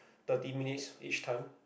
thirty minutes each time